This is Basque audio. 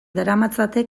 daramatzate